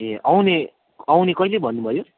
ए आउने आउने कहिले भन्नुभयो